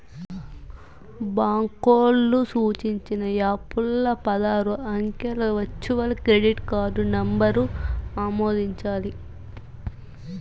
బాంకోల్లు సూచించిన యాపుల్ల పదారు అంకెల వర్చువల్ క్రెడిట్ కార్డు నంబరు ఆమోదించాలి